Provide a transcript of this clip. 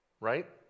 right